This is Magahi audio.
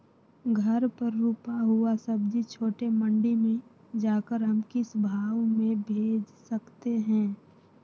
घर पर रूपा हुआ सब्जी छोटे मंडी में जाकर हम किस भाव में भेज सकते हैं?